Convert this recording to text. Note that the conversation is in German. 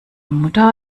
mutter